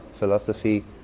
Philosophy